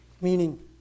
meaning